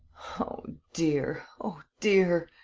oh dear, oh dear!